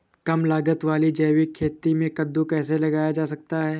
कम लागत वाली जैविक खेती में कद्दू कैसे लगाया जा सकता है?